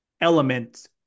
element